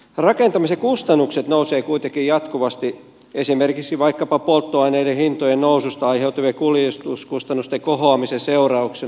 rakentamisen kustannukset nousevat kuitenkin jatkuvasti esimerkiksi polttoaineiden hintojen noususta aiheutuvien kuljetuskustannusten kohoamisen seurauksena